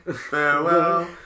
Farewell